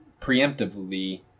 preemptively